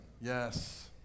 yes